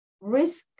risk